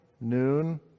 noon